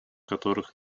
которых